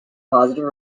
positive